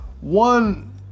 one